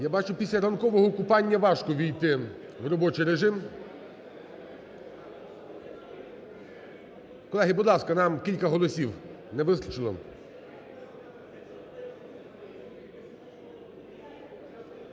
Я бачу, після ранкового купання важко ввійти в робочий режим. Колеги, будь ласка, нам кілька голосів не вистачило.